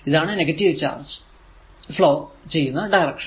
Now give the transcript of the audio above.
ഇതാണ് negative charge flow ചെയ്യുന്ന direction